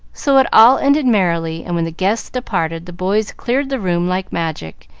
so it all ended merrily, and when the guests departed the boys cleared the room like magic,